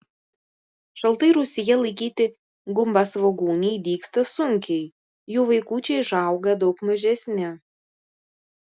šaltai rūsyje laikyti gumbasvogūniai dygsta sunkiai jų vaikučiai užauga daug mažesni